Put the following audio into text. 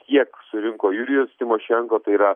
kiek surinko jurijus tymošenko tai yra